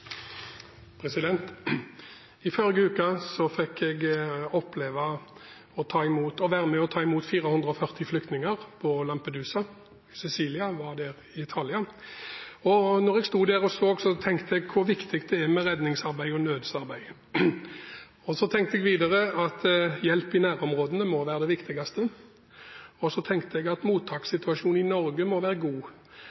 I forrige uke fikk jeg oppleve å være med og ta imot 440 flyktninger på Lampedusa, Sicilia, i Italia. Da jeg sto der og så, tenkte jeg på hvor viktig det er med redningsarbeid og nødsarbeid. Jeg tenkte videre at hjelp i nærområdene må være det viktigste, og så tenkte jeg at mottakssituasjonen i Norge må være god.